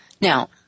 Now